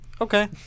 Okay